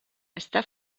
està